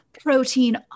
protein